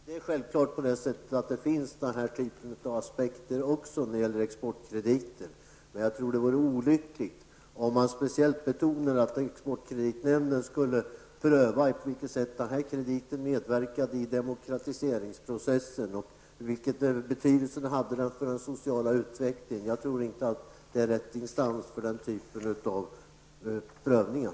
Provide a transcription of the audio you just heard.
Herr talman! Självklart tror jag att man kan lägga den här typen av aspekter också på exportkrediter. Jag tror dock att det vore olyckligt om man speciellt betonar att exportkreditnämnden skall pröva på vilket sätt krediten medverkar i demokratiseringsprocessen eller vilken betydelse den har för den sociala utvecklingen. Jag tror inte att det är rätt instans för den typen av prövningar.